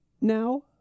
now